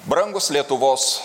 brangūs lietuvos